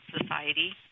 Society